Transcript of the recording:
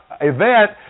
event